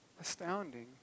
astounding